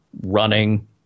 running